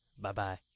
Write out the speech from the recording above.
Bye-bye